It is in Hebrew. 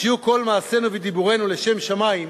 שיהיו כל מעשינו ודיבורינו לשם שמים.